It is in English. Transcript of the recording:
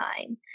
time